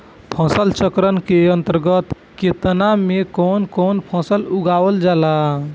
फसल चक्रण के अंतर्गत खेतन में कवन कवन फसल उगावल जाला?